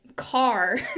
car